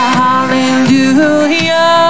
hallelujah